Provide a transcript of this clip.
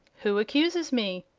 who accuses me?